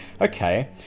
Okay